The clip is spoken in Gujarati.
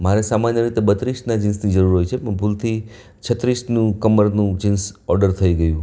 મારે સામાન્ય રીતે બત્રીસના જીન્સની જરૂર હોય છે પણ ભૂલથી છત્રીસનું કમરનું જીન્સ ઓડર થઈ ગયું